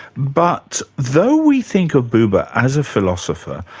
but though we think of buber as a philosopher,